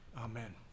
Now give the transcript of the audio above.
Amen